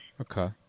Okay